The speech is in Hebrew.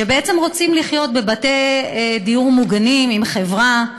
שרוצים לחיות בבתי דיור מוגנים עם חברה,